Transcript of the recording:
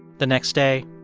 the next day.